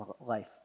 life